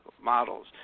models